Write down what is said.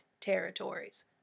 territories